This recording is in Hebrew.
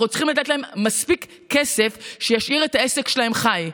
אנחנו צריכים לתת להם מספיק כסף שישאיר את העסק שלהם חי,